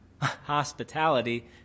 hospitality